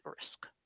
risk